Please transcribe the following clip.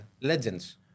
legends